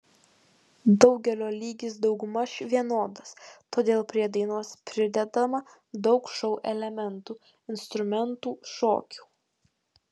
daugelio lygis daugmaž vienodas todėl prie dainos pridedama daug šou elementų instrumentų šokių